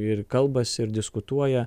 ir kalbasi ir diskutuoja